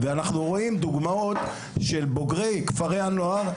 ואנחנו רואים דוגמאות של בוגרי כפרי הנוער,